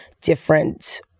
different